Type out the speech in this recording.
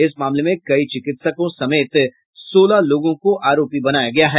इस मामले में कई चिकित्सकों समेत सोलह लोगों को आरोपी बनाया गया है